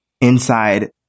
inside